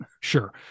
Sure